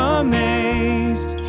amazed